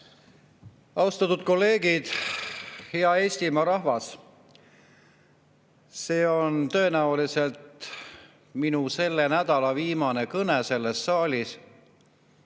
Austatud kolleegid! Hea Eestimaa rahvas! See on tõenäoliselt minu selle nädala viimane kõne selles saalis.